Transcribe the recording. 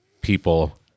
people